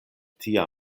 tia